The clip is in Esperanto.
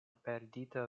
perdita